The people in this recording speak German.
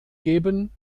geben